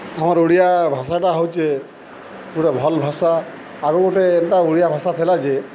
ଆମର୍ ଓଡ଼ିଆ ଭାଷାଟା ହଉଚେ ଗୁଟେ ଭଲ୍ ଭାଷା ଆଗ ଗୁଟେ ଏନ୍ତା ଓଡ଼ିଆ ଭାଷା ଥିଲା ଯେ